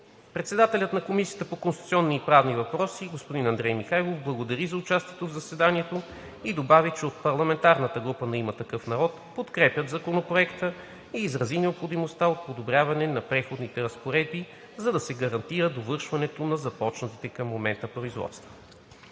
Председателят на Комисията по конституционни и правни въпроси господин Андрей Михайлов благодари за участието в заседанието и добави, че от парламентарната група на „Има такъв народ“ подкрепят Законопроекта и изрази необходимостта от подобряването на Преходните разпоредби, за да се гарантира довършването на започналите към момента производства.